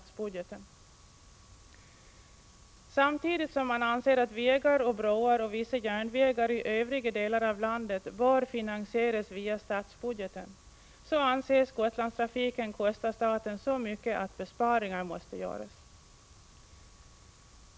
Samtidigt som det anses att vägar, broar och vissa järnvägar i övriga delar av landet bör finansieras via statsbudgeten, anses Gotlandstrafiken kosta staten så mycket att besparingar måste göras!